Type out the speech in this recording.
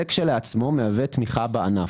זה כשלעצמו מהווה תמיכה בענף.